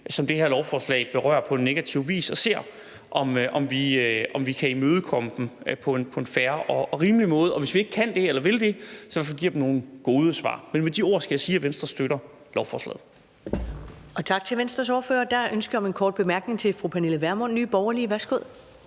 som det her lovforslag berører negativt, og ser, om vi kan imødekomme dem på en fair og rimelig måde – og hvis vi ikke kan det eller vil det, får givet dem nogle gode svar. Med de ord skal jeg sige, at Venstre støtter lovforslaget.